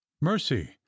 mercy